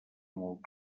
molt